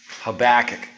Habakkuk